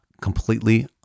completely